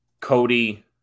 Cody